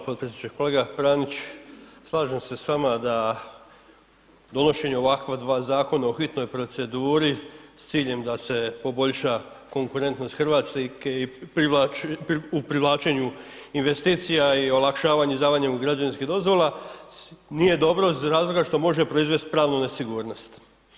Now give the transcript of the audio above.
Hvala potpredsjedniče, kolega Pranić slažem se s vama da donošenje ovakva dva zakona u hitnoj proceduri s ciljem da se poboljša konkurentnost Hrvatske u privlačenju investicija i olakšavanju izdavanja građevinskih dozvola, nije dobro iz razloga što može proizvest pravnu nesigurnost.